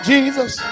Jesus